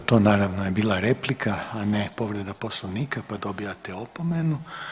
Dobro, to naravno je bila replika, a ne povreda Poslovnika, pa dobijate opomenu.